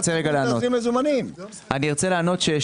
אני רוצה לענות.